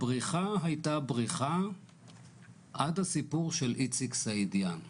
הבריחה הייתה בריחה עד הסיפור של איציק סעידיאן.